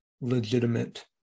legitimate